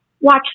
watch